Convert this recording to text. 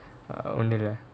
ஒன்னுமில்ல:onnumila